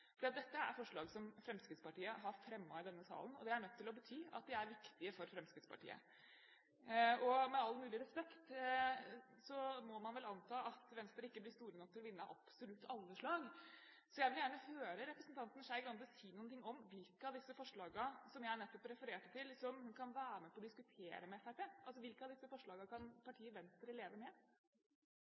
andre borgerlige. Dette er forslag som Fremskrittspartiet har fremmet i denne salen, og det er nødt til å bety at de er viktige for Fremskrittspartiet. Med all mulig respekt må man vel anta at Venstre ikke blir store nok til å vinne absolutt alle slag. Så jeg vil gjerne høre representanten Skei Grande si noen ting om hvilke av de forslagene som jeg nettopp refererte, som hun kan være med på å diskutere med Fremskrittspartiet. Hvilke av disse forslagene kan partiet Venstre leve med?